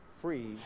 free